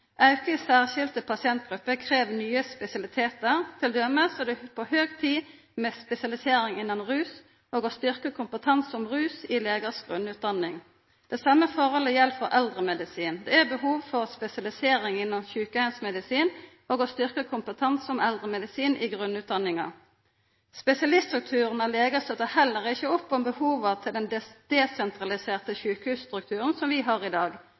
Auke i særskilde pasientgrupper krev nye spesialitetar. Det er t.d. på høg tid med spesialisering innan rus for å styrkja kompetansen om rus i legane si grunnutdanning. Det same gjeld for eldremedisin. Det er behov for ei spesialisering innan sjukeheimsmedisin og å styrkja kompetansen om eldremedisin i grunnutdanninga. Spesialiststrukturen av legar støttar heller ikkje opp om behova til den desentraliserte sjukehusstrukturen som vi har i dag.